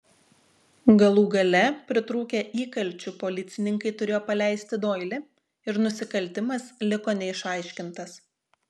galų gale pritrūkę įkalčių policininkai turėjo paleisti doilį ir nusikaltimas liko neišaiškintas